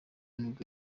nibwo